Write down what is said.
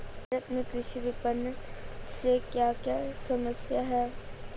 भारत में कृषि विपणन से क्या क्या समस्या हैं?